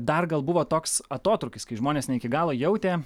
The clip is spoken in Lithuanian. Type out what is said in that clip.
dar gal buvo toks atotrūkis kai žmonės ne iki galo jautė